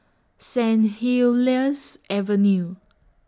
Saint Helier's Avenue